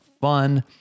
fun